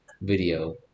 video